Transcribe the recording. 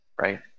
right